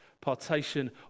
partition